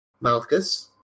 Malchus